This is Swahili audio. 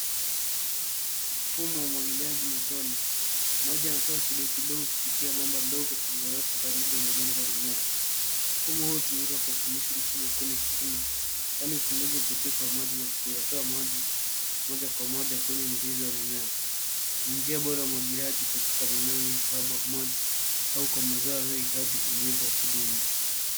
Mfumo wa umwagiliaji matone. Moja inatoka kidogo kidogo kupitia bomba ndogo lililowekwa karibu na udongo wa mimea. Mfumo huu hutumika kwa ufanisi mkubwa kwenye kilimo kwani upunguza upotevu wa maji kwa kuyatoa maji moja kwa moja kwenye mizizi ya mimea. Ni njia bora ya umwagiliaji katka maeneo yenye uhapa wa maji au kwa mazao yanayahitaji unyevu wa kudumu.